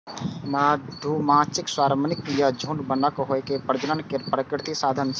मधुमाछीक स्वार्मिंग या झुंड बनब ओकर प्रजनन केर प्राकृतिक साधन छियै